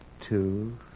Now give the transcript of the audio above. two